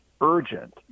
urgent